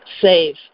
save